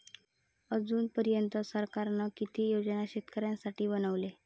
अजून पर्यंत सरकारान किती योजना शेतकऱ्यांसाठी बनवले?